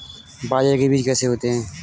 बाजरे के बीज कैसे होते हैं?